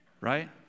right